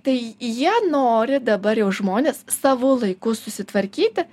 tai jie nori dabar jau žmonės savo laiku susitvarkyti